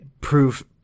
Prove